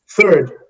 Third